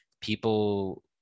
people